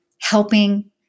helping